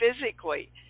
physically